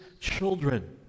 children